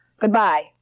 Goodbye